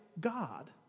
God